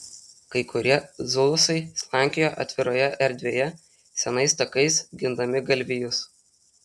kai kurie zulusai slankiojo atviroje erdvėje senais takais gindami galvijus